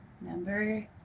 Number